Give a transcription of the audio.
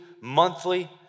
monthly